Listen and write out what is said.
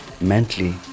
Mentally